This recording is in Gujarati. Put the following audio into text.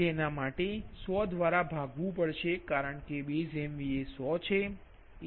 તેના માટે 100 દ્વારા ભાગવું કારણ કે બેઝ એમવીએ 100 છે